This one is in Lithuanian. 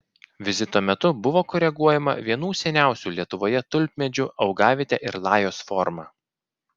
vizito metu buvo koreguojama vienų seniausių lietuvoje tulpmedžių augavietė ir lajos forma